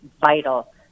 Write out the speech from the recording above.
vital